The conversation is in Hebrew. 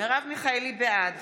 בעד